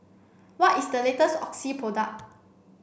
what is the latest Oxy product